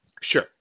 sure